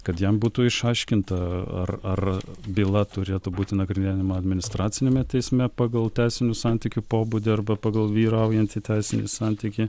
kad jam būtų išaiškinta ar ar byla turėtų būti nagrinėjama administraciniame teisme pagal teisinių santykių pobūdį arba pagal vyraujantį teisinį santykį